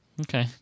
Okay